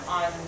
on